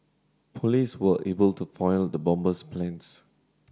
police were able to foil the bomber's plans